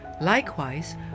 Likewise